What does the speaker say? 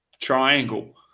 triangle